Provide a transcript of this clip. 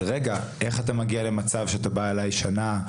איך אתה מגיע למצב שאתה בא אלי שנה,